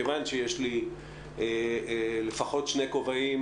מכיוון שיש לי לפחות שני כובעים.